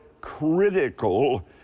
critical